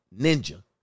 ninja